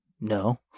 No